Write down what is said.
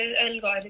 algorithm